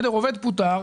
עובד פוטר,